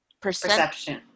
Perception